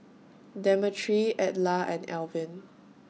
Demetri Edla and Elvin